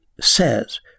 says